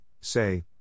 say